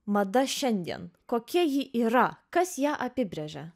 mada šiandien kokia ji yra kas ją apibrėžia